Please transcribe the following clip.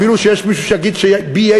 אפילו שיש מישהו שיגיד ש-B.A.